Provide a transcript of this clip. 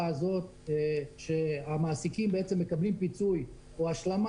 הזאת שהמעסיקים בעצם קבלים פיצוי או השלמה,